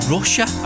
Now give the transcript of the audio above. Russia